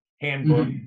handbook